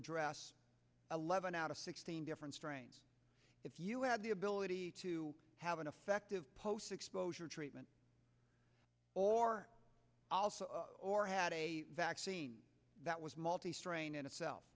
address eleven out of sixteen different strains if you had the ability to have an effective post exposure treatment or or had a vaccine that was multi strain in itself